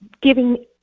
giving